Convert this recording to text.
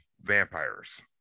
vampires